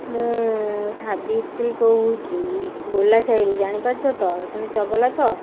ମୁଁ ସାବିତ୍ରୀ କହୁଛି ଗୋଲା ସାହିରୁ ଜାଣିପାରଛ ତ ତୁମେ ଚଗଲା ତ